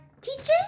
teachers